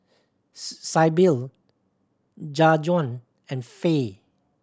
Sybil Jajuan and Fae